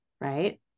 right